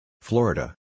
Florida